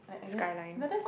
skyline